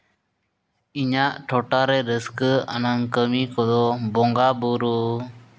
ᱤᱧᱟᱹᱜ ᱴᱚᱴᱷᱟ ᱨᱮ ᱨᱟᱹᱥᱠᱟᱹ ᱟᱱᱟᱜ ᱠᱟᱹᱢᱤ ᱠᱚᱫᱚ ᱵᱚᱸᱜᱟᱼᱵᱩᱨᱩ